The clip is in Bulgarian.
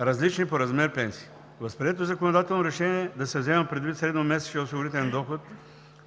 различни по размер пенсии. Възприетото законодателно решение да се взема предвид средномесечният осигурителен доход